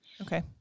Okay